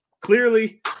Clearly